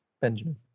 Benjamin